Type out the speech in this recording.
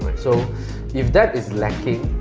so if that is lacking,